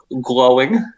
glowing